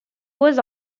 was